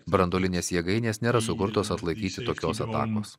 branduolinės jėgainės nėra sukurtos atlaikyti tokios atakos